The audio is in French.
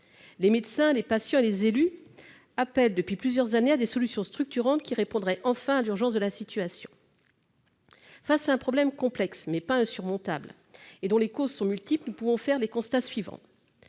Les médecins, les patients et les élus appellent, depuis plusieurs années, à des solutions structurantes qui répondraient enfin à l'urgence de la situation. Face à un problème complexe, mais pas insurmontable, et dont les causes sont multiples, nous pouvons faire plusieurs constats.